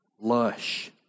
lush